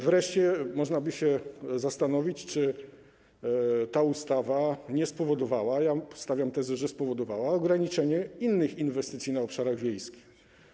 Wreszcie można by się zastanowić, czy ustawa nie spowodowała - ja stawiam tezę, że spowodowała - ograniczenia innych inwestycji na obszarach wiejskich.